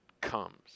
comes